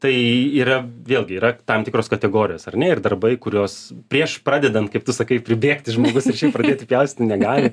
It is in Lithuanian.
tai yra vėlgi yra tam tikros kategorijos ar ne ir darbai kuriuos prieš pradedant kaip tu sakai pribėgti žmogus ir šiaip pradėti pjaustyti negali